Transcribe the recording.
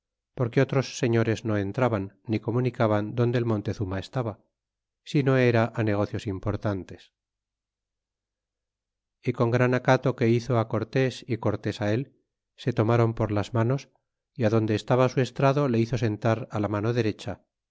porque otrost señores no entraban ni comunicaban donde el montezuma estaba si no era negocios importantes y con gran acato que hizo cortés y cortés él se tomaron por las manos é adonde estaba su estrado le hizo sentar la mano derecha